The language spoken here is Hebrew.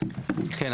כן,